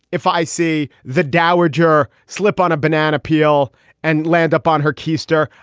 if i see the dowager slip on a banana peel and land up on her keister,